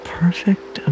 perfect